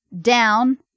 down